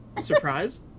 Surprise